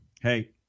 hey